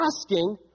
asking